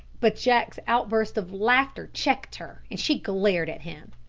but jack's outburst of laughter checked her, and she glared at him.